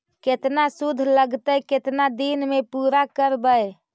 केतना शुद्ध लगतै केतना दिन में पुरा करबैय?